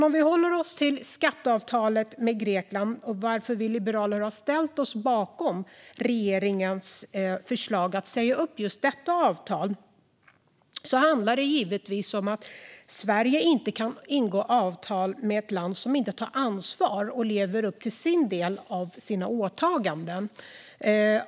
Om vi håller oss till skatteavtalet med Grekland och varför vi liberaler har ställt oss bakom regeringens förslag om att säga upp just detta avtal handlar det om att Sverige inte kan ingå avtal med ett land som inte tar ansvar och lever upp till sin del av åtagandena.